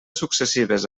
successives